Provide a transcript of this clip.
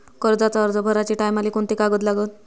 कर्जाचा अर्ज भराचे टायमाले कोंते कागद लागन?